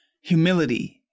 humility